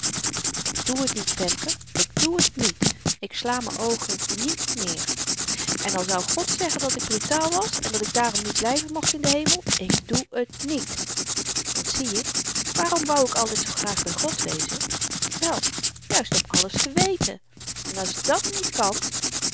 ik doe het niet femke ik doe het niet ik sla m'n oogen niet neer en al zou god zeggen dat ik brutaal was en dat ik daarom niet blyven mocht in den hemel ik doe het niet want zieje waarom wou ik altyd zoo graag by god wezen wèl juist om alles te weten en als dàt niet kan